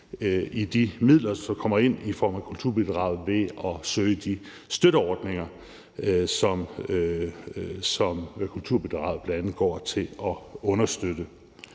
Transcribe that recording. i de midler, som kommer ind i form af kulturbidraget, ved at søge de støtteordninger, som kulturbidraget bl.a. går til at understøtte.